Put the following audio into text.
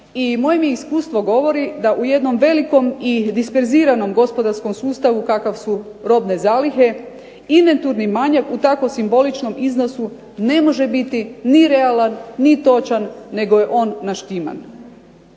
moje mi iskustvo govori da u jednom velikom i disperziranom gospodarskom sustavu kakav su robne zalihe inventurni manjak u tako simboličnom iznosu ne može biti ni realan ni točan nego je on naštiman.